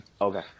Okay